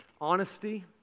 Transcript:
Honesty